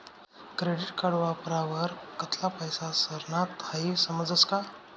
credit card वापरावर कित्ला पैसा सरनात हाई समजस का